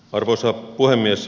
arvoisa puhemies